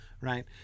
right